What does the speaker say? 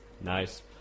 nice